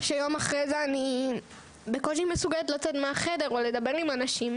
כשיום אחרי זה אני בקושי מסוגלת לצאת מהחדר או לדבר עם אנשים.